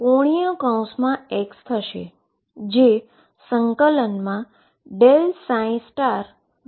અને તેથી ddt⟨x⟩ થશે